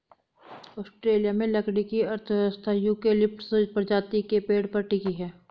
Australia में लकड़ी की अर्थव्यवस्था यूकेलिप्टस प्रजाति के पेड़ पर टिकी है